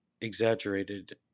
exaggerated